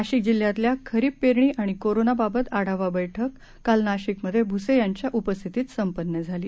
नाशिक जिल्ह्यातल्या खरीप पेरणी आणि कोरोनाबाबत आढावा बैठक काल नाशिकमधे भुसे यांच्या उपस्थितीत संपन्न झाली